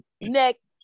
Next